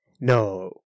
No